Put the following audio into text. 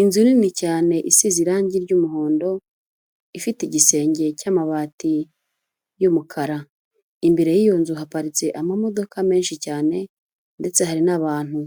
Inzu nini cyane isize irangi ry'umuhondo ifite igisenge cy'amabati y'umukara imbere y'iyo nzu haparitse amamodoka menshi cyane ndetse hari n'abantu